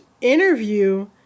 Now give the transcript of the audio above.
interview